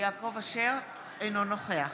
אינו נוכח